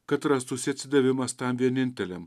kad rastųsi atsidavimas tam vieninteliam